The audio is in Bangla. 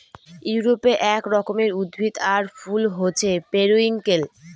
ইউরোপে এক রকমের উদ্ভিদ আর ফুল হছে পেরিউইঙ্কেল